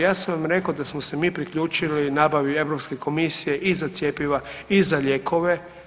Ja sam vam rekao da smo se mi priključili nabavi Europske komisije i za cjepiva i za lijekove.